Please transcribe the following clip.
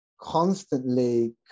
constantly